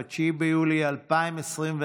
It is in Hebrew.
9 ביולי 2021,